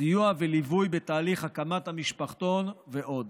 סיוע וליווי בתהליך הקמת המשפחתון ועוד.